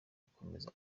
agakomeza